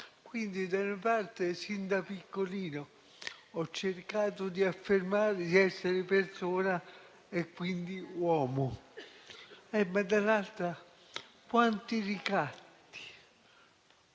Quindi, da una parte, sin da piccolino ho cercato di essere persona e quindi uomo, ma, dall'altra, quanti ricatti